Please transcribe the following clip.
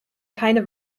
keine